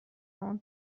اون